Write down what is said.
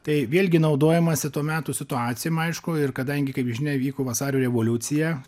tai vėlgi naudojamasi to meto situacijom aišku ir kadangi kaip žinia vyko vasario revoliucija